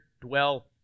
dwell